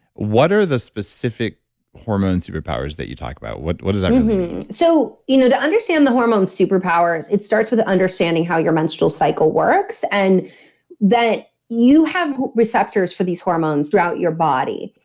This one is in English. what are the specific hormone superpowers that you talk about? what what does that really mean? so you know to understand the hormone superpowers, it starts with understanding how your menstrual cycle works and that you have receptors for these hormones throughout your body.